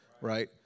right